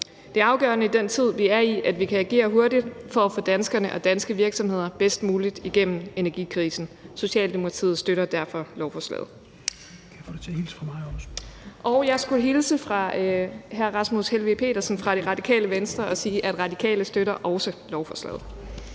Det er afgørende i den tid, vi er i, at vi kan agere hurtigt for at få danskerne og danske virksomheder bedst muligt igennem energikrisen. Socialdemokratiet støtter derfor lovforslaget. Og jeg skulle hilse fra hr. Rasmus Helveg Petersen fra Radikale Venstre og sige, at Radikale også støtter lovforslaget.